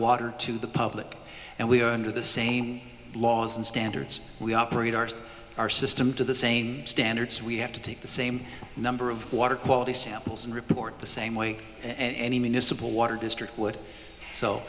water to the public and we are under the same laws and standards we operate our our system to the same standards we have to take the same number of water quality samples and report the same way and any municipal water district would so